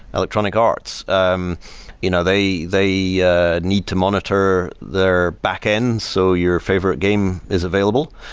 electronic arts. um you know they they need to monitor their backend so your favorite game is available,